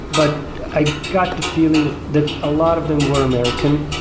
but i got the feeling that a lot of them were american,